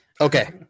Okay